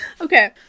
Okay